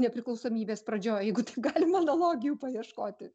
nepriklausomybės pradžioj jeigu taip galima analogijų paieškoti